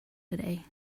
today